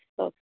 ఓక్